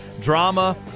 drama